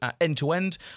end-to-end